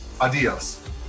adios